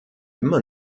immer